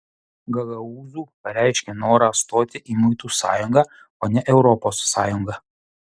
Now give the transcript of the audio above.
gagaūzų pareiškė norą stoti į muitų sąjungą o ne europos sąjungą